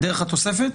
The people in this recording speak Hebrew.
דרך התוספת?